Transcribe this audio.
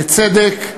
בצדק,